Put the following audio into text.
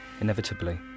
inevitably